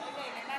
לא, אני פה.